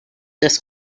this